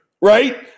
right